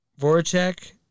Voracek